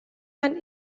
and